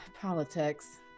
politics